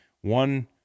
One